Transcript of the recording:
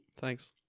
Thanks